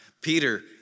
Peter